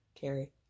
Carrie